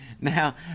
Now